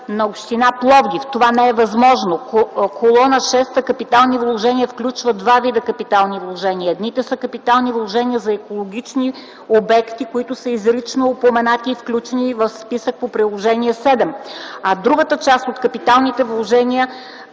на общината. Това не е възможно. Колона 6 – „Капитални вложения”, включва два вида капитални вложения. Едните са капитални вложения за екологични обекти, които са изрично упоменати и включени в списък по Приложение 7. А другата част от капиталните вложения